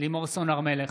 לימור סון הר מלך,